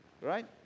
Right